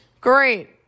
Great